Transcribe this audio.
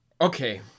okay